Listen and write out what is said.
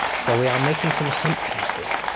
so we are making some assumptions here.